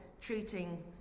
treating